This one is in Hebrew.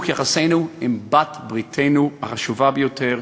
של יחסינו עם בעלת-בריתנו החשובה ביותר,